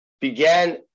began